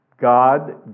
God